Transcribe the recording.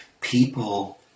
people